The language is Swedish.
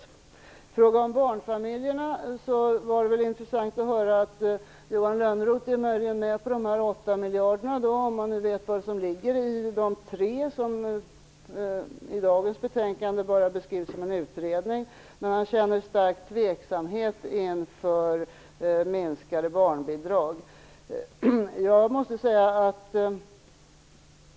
I fråga om barnfamiljerna var det intressant att höra att Johan Lönnroth möjligen är med på besparingarna på 8 miljarder - om han nu vet vad som ligger i de 3 miljarder som i dagens betänkande bara beskrivs som en utredning - men känner stark tveksamhet inför minskade barnbidrag.